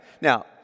now